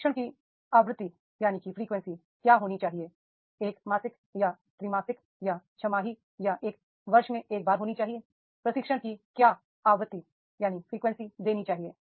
प्रशिक्षण की फ्रीक्वेंसी यह मासिक या त्रैमासिक या छमाही या एक वर्ष में एक बार होनी चाहिए प्रशिक्षण की क्या फ्रीक्वेंसी देनी चाहिए